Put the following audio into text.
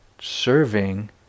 serving